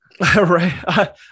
Right